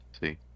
see